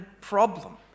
problem